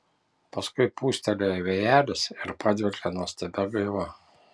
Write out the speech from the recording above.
paskui pūstelėjo vėjelis ir padvelkė nuostabia gaiva